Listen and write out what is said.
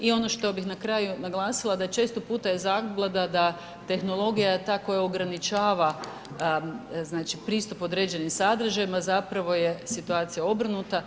I ono što bih na kraju naglasila da često puta je zabluda da tehnologija je ta koja ograničava znači pristup određenim sadržajima, zapravo je situacija obrnuta.